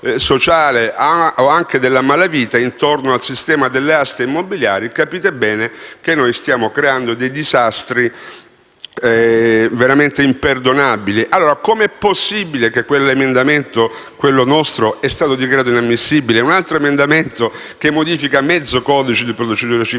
o anche della malavita, intorno al sistema delle aste immobiliari, capite bene che stiamo creando dei disastri veramente imperdonabili. Come è possibile allora che il nostro emendamento sia stato dichiarato inammissibile e un altro emendamento, che modifica mezzo codice di procedura civile,